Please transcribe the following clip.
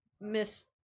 Miss